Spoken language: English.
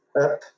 up